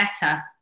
better